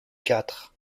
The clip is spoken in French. quatre